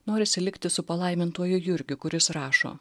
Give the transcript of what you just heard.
norisi likti su palaimintuoju jurgiu kuris rašo